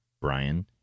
Brian